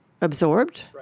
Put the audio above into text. absorbed